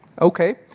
Okay